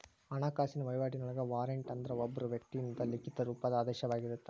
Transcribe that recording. ಹಣಕಾಸಿನ ವಹಿವಾಟಿನೊಳಗ ವಾರಂಟ್ ಅಂದ್ರ ಒಬ್ಬ ವ್ಯಕ್ತಿಯಿಂದ ಲಿಖಿತ ರೂಪದ ಆದೇಶವಾಗಿರತ್ತ